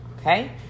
okay